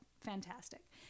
fantastic